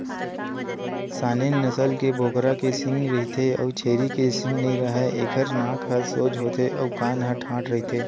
Saanen नसल के बोकरा के सींग रहिथे अउ छेरी के सींग नइ राहय, एखर नाक ह सोज होथे अउ कान ह ठाड़ रहिथे